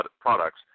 products